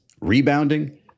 rebounding